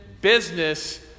business